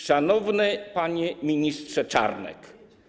Szanowny Panie Ministrze Czarnek!